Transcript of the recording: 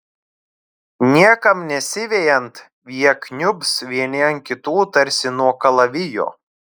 niekam nesivejant jie kniubs vieni ant kitų tarsi nuo kalavijo